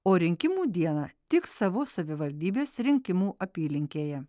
o rinkimų dieną tik savos savivaldybės rinkimų apylinkėje